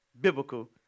biblical